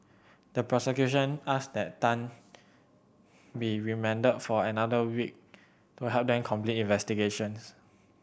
the prosecution asked that Tan be remanded for another week to help them complete investigations